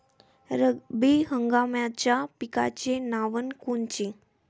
रब्बी हंगामाच्या पिकाचे नावं कोनचे?